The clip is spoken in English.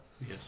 Yes